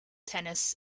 tennis